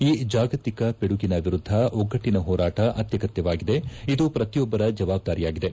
ಈ ಜಾಗತಿಕ ಪಿಡುಗಿನ ವಿರುದ್ಧ ಒಗ್ಗಟ್ಟನ ಹೋರಾಟ ಅತ್ಯಗತ್ಯವಾಗಿದೆ ಇದು ಪ್ರತಿಯೊಬ್ಬರ ಜವಾಬ್ದಾರಿಯಾಗಿದೆ